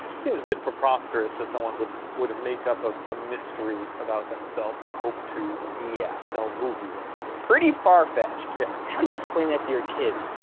seems a bit preposterous that someone would would make up ah a mystery about themselves and hope to yeah sell movie rights, basically. but pretty far fetched. yeah how do you explain that to your kids?